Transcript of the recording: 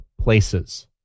places